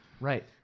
right